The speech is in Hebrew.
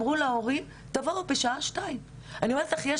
אמרו להורים "תבואו בשעה 14:00..". אני אומרת לך יש